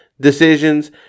decisions